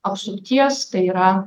apsupties tai yra